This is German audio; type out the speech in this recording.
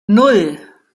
nan